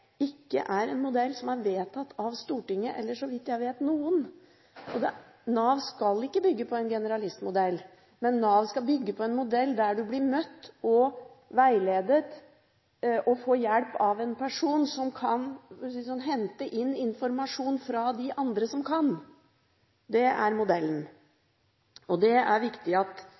ikke en modell som er vedtatt av Stortinget eller, så vidt jeg vet, noen. Nav skal ikke bygge på en generalistmodell. Nav skal bygge på en modell der du blir møtt og veiledet og får hjelp av en person som kan hente inn informasjon fra de andre som kan. Det er modellen. Det er viktig at